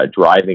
driving